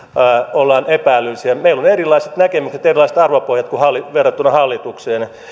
ollaan epä älyllisiä meillä on erilaiset näkemykset erilaiset arvopohjat verrattuna hallitukseen